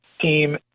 team